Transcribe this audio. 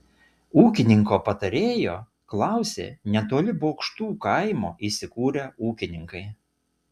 ūkininko patarėjo klausė netoli bokštų kaimo įsikūrę ūkininkai